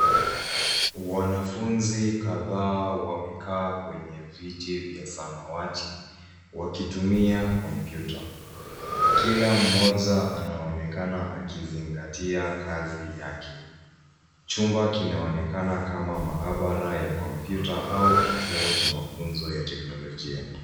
Wanafunzi kadhaa wamekaa kwenye viti vya samawati, wakitumia kompyuta. Kila mmoja anaonekana akizingatia kazi yake. Chumba kinaonekana kama maabara ya kompyuta au kituo cha mafunzo ya teknolojia.